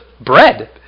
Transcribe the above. bread